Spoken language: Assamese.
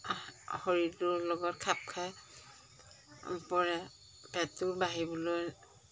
শৰীৰটোৰ লগত খাপ খাই পৰে পেটটো বাঢ়িবলৈ